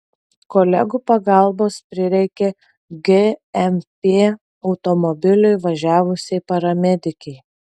kolegų pagalbos prireikė gmp automobiliu važiavusiai paramedikei